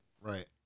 Right